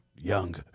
young